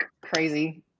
crazy